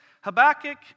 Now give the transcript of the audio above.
Habakkuk